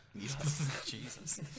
Jesus